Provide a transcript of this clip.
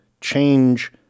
change